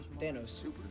thanos